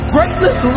greatness